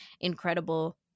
incredible